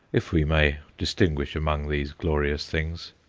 if we may distinguish among these glorious things.